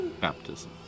baptism